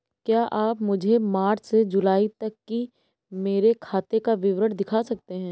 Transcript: क्या आप मुझे मार्च से जूलाई तक की मेरे खाता का विवरण दिखा सकते हैं?